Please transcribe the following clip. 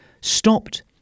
stopped